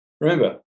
remember